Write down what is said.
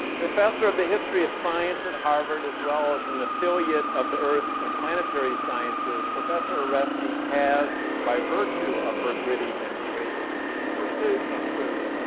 professor of the history of science at harvard as well as an affiliate of the earth and planetary sciences, professor oreskes has, has, by virtue of her gritty and courageous pursuit of truth,